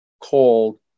called